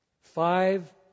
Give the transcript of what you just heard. Five